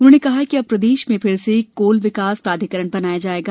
उन्होंने कहा कि अब प्रदेश मे फिर से कोल विकास प्राधिकरण बनाया जायेगा